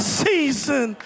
season